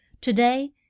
Today